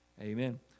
Amen